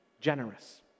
generous